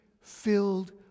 filled